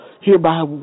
Hereby